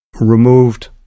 removed